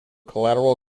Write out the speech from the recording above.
collateral